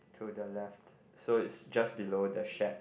to the left so it's just below the shed